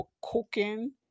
Cooking